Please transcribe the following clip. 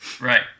Right